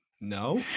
No